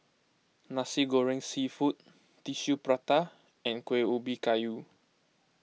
Nasi Goreng Seafood Tissue Prata and Kuih Ubi Kayu